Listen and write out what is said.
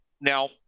now